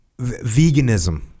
veganism